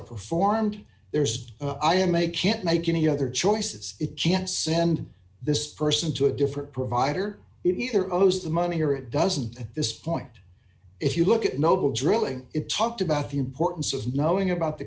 performed there's i am a can't make any other choices it can't send this person to a different provider it either owes the money or it doesn't at this point if you look at noble drilling it talked about the importance of knowing about the